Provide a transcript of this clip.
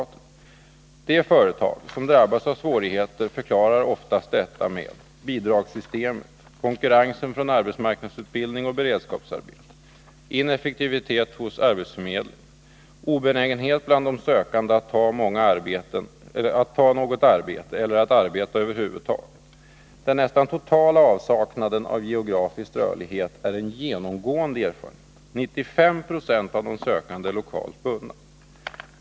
”De företag som drabbas av svårigheter förklarar oftast detta med bidragssystemet, konkurrens från arbetsmarknadsutbildning och beredskapsarbete, ineffektivitet hos förmedlingen, obenägenhet bland de sökande att ta många arbeten eller arbeta över huvud taget. Den nästan totala avsaknaden av geografisk rörlighet är en genomgående erfarenhet. 95 procent av de sökande är lokalt bundna.